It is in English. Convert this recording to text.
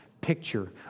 picture